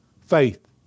Faith